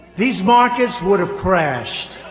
these markets would've crashed